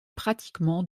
pratiquement